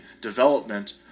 development